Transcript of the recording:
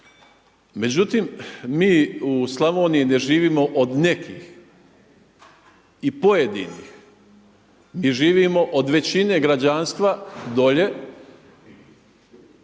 Međutim, mi u Slavoniji gdje živimo od nekih i pojedinih, mi živimo od većine građanstva dolje